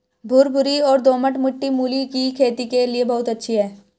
भुरभुरी और दोमट मिट्टी मूली की खेती के लिए बहुत अच्छी है